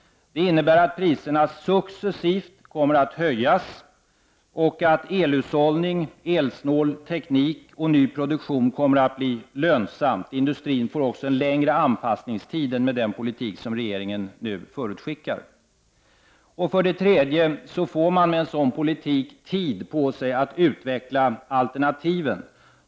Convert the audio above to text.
Det innebär att priserna successivt kommer att höjas och att elhushållning, elsnål teknik och ny produktion kommer att bli lönsam. Industrin får också en längre anpassningstid än med den politik som regeringen nu förutskickar. För det tredje får man med en sådan politik tid till att utveckla alternativen.